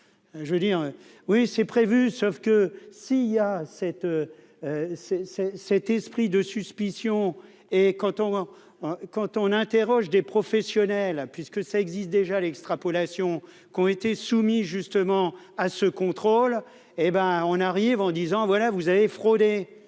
je veux dire, oui c'est prévu sauf que si il y a 7 c'est, c'est cet esprit de suspicion et quand on, quand on interroge des professionnels, hein, puisque ça existe déjà, l'extrapolation qu'ont été soumis justement à ce contrôle et ben on arrive en disant : voilà, vous avez fraudé,